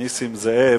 נסים זאב.